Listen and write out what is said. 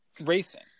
racing